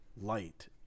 light